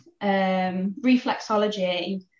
reflexology